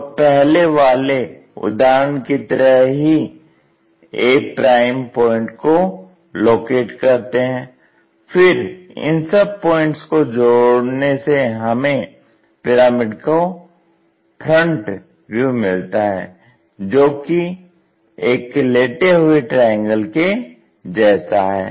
और पहले वाले उदाहरण की तरह ही a प्वाइंट को लोकेट करते हैं फिर इन सब पॉइंट्स को जोड़ने से हमें पिरामिड का फ्रंट व्यू मिलता है जो कि एक लेटे हुए ट्रायंगल के जैसा है